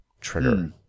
trigger